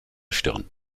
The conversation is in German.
stirn